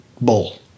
bull